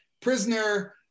prisoner